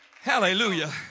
Hallelujah